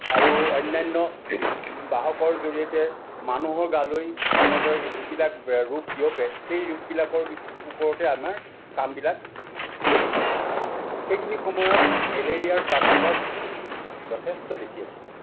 আৰু অন্য়ান্য় বাহকৰ জৰিয়তে মানুহৰ গালৈ যেনেদৰে যিবিলাক ৰোগ বিয়পে সেই ৰোগবিলাকৰ বিষ ওপৰতেই আমাৰ কামবিলাক চলিছিল সেইখিনি সময়ত মেলেৰিয়াৰ প্ৰাদুৰ্ভাৱ যথেষ্ট বেছি আছিল